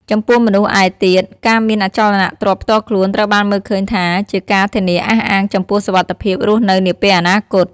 ចំពោះមនុស្សឯទៀត ការមានអចលនទ្រព្យផ្ទាល់ខ្លួនត្រូវបានមើលឃើញថាជាការធានាអះអាងចំពោះសុវត្ថិភាពរស់នៅនាពេលអនាគត។